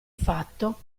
fatto